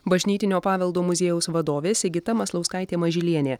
bažnytinio paveldo muziejaus vadovė sigita maslauskaitė mažylienė